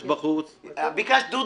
יש בחוץ --- דודו,